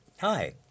Hi